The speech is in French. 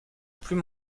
plus